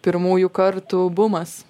pirmųjų kartų bumas